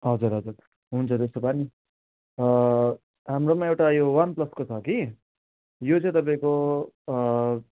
हजुर हजुर हुन्छ त्यस्तो पनि हाम्रोमा एउटा यो वान प्लसको छ कि यो चाहिँ तपाईँको